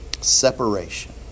Separation